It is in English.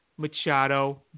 Machado